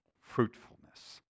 fruitfulness